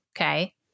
Okay